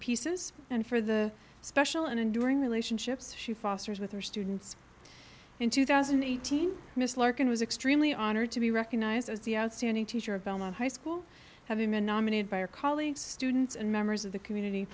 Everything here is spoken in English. pieces and for the special and enduring relationships she fosters with her students in two thousand and eighteen miss larkin was extremely honored to be recognized as the outstanding teacher of belmont high school having been nominated by a colleague students and members of the community